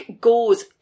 goes